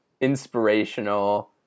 inspirational